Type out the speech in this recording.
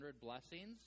blessings